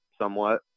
somewhat